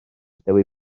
dewi